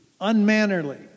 unmannerly